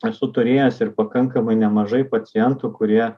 esu turėjęs ir pakankamai nemažai pacientų kurie